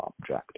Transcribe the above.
object